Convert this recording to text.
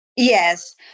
Yes